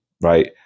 right